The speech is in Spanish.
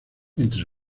entre